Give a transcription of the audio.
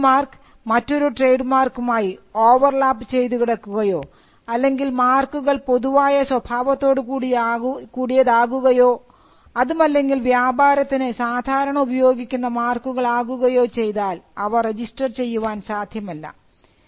ഒരു trade mark വേറൊരു trade മാർക്കുമായി ഓവർ ലാപ്പ് ചെയ്തുകിടക്കുകയോ അല്ലെങ്കിൽ മാർക്കുകൾ പൊതുവായ സ്വഭാവത്തോടുകൂടിയതാകുകയോ അതുമല്ലെങ്കിൽ വ്യാപാരത്തിന് സാധാരണ ഉപയോഗിക്കുന്ന മാർക്കുകൾ ആകുകയോ ചെയ്താൽ അവ രജിസ്റ്റർ ചെയ്യുവാൻ സാധ്യമല്ല